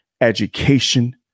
education